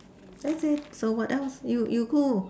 that's it so what else you you who